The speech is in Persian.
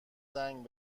زنگ